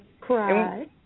cry